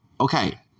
Okay